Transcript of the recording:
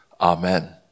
Amen